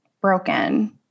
broken